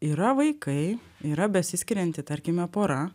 yra vaikai yra besiskirianti tarkime pora